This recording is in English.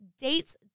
dates